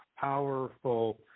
powerful